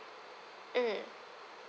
mm